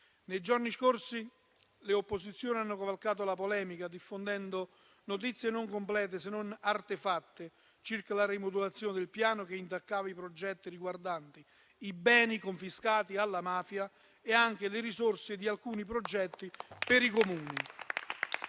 Nei giorni scorsi le opposizioni hanno cavalcato la polemica, diffondendo notizie non complete e artefatte circa la rimodulazione del Piano che intaccava i progetti riguardanti i beni confiscati alla mafia e le risorse di alcuni progetti per i Comuni.